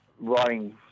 writing